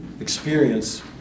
experience